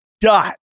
dot